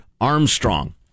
Armstrong